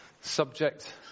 subject